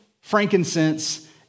frankincense